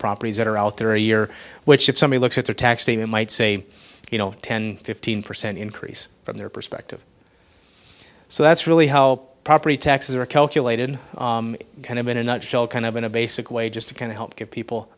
properties that are out there a year which if somebody looks at the tax even might say you know ten fifteen percent increase from their perspective so that's really how property taxes are calculated kind of in a nutshell kind of in a basic way just to kind of help give people